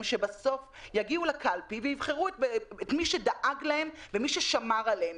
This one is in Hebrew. שבסוף יגיעו לקלפי ויבחרו את מי שדאג להם ומי ששמר עליהם.